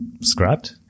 scrapped